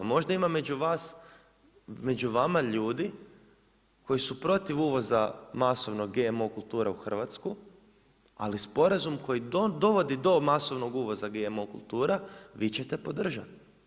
Možda ima među vas, među vama ljudi koji su protiv uvoza masovnog GMO kulture u Hrvatskoj, ali sporazum koji dovodi do masovnog uvoza GMO kultura, vi ćete podržati.